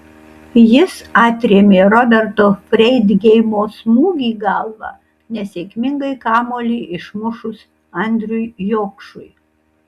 jis atrėmė roberto freidgeimo smūgį galva nesėkmingai kamuolį išmušus andriui jokšui